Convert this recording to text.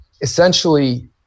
essentially